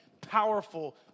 powerful